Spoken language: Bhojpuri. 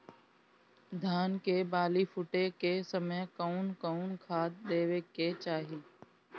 धान के बाली फुटे के समय कउन कउन खाद देवे के चाही?